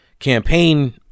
campaign